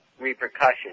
repercussions